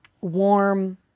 warm